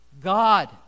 God